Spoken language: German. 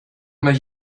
mal